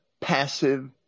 passive